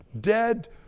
dead